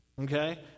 okay